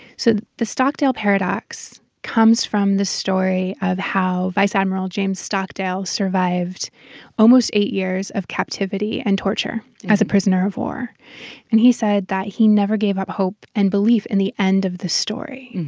the stockdale paradox comes from the story of how vice admiral james stockdale survived almost eight years of captivity and torture as a prisoner of war and he said that he never gave up hope and belief in the end of the story,